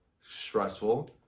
Stressful